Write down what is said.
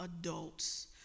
adults